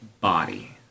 body